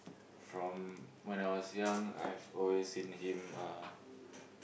from when I was young I've always seen him uh